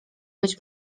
być